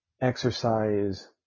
exercise